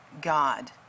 God